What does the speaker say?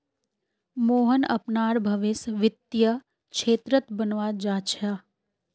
मोहन अपनार भवीस वित्तीय क्षेत्रत बनवा चाह छ